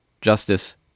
justice